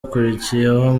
akurikiyeho